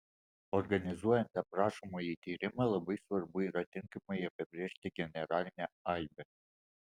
organizuojant aprašomąjį tyrimą labai svarbu yra tinkamai apibrėžti generalinę aibę